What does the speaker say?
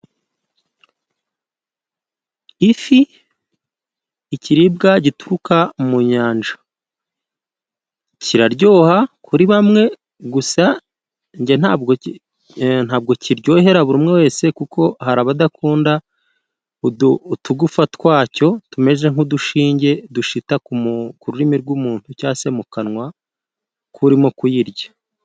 Ifi ikiribwa gituruka mu nyanja kiraryoha kuri bamwe, gusa njye ntabwo ntabwo kiryohera buri umwe wese kuko hari abadakunda utu utugufa twacyo tumeze nk'udushinge dushita ku rurimi rw'umuntu cyangwa se mu kanwa kurimo kuyirya.